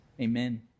Amen